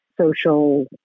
social